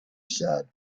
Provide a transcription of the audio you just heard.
said